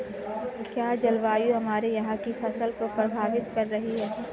क्या जलवायु हमारे यहाँ की फसल को प्रभावित कर रही है?